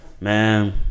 Man